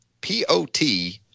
P-O-T